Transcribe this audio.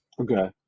Okay